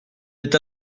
est